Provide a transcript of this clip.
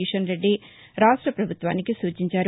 కీషన్ రెడ్డి రాష్ట పభుత్వానికి సూచించారు